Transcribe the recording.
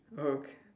oka~